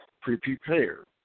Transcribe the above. prepared